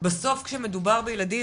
בסוף כשמדובר בילדים,